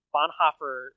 Bonhoeffer